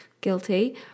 guilty